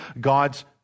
God's